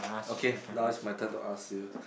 okay now is my turn to ask you